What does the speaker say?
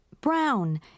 Brown